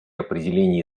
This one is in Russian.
определении